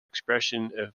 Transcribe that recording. expression